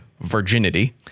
virginity